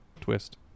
twist